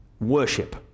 worship